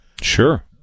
Sure